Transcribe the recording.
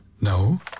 No